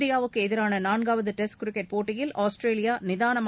இந்தியாவுக்கு எதிரான நான்காவது டெஸ்ட் கிரிக்கெட் போட்டியில் ஆஸ்திரேலியா நிதானமாக